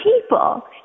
people